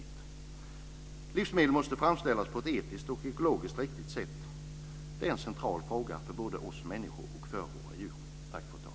Att livsmedel framställs på ett etiskt och ekologiskt riktigt sätt är en central fråga både för oss människor och för våra djur.